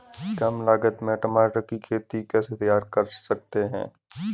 कम लागत में टमाटर की खेती कैसे तैयार कर सकते हैं?